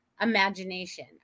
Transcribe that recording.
imagination